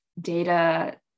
data